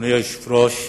אדוני היושב-ראש,